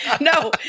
No